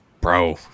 Bro